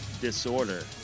Disorder